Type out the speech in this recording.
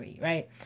Right